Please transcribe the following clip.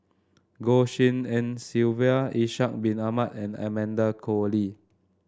Goh Tshin En Sylvia Ishak Bin Ahmad and Amanda Koe Lee